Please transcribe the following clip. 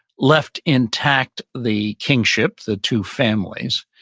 left intact the kingship, the two families,